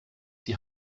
die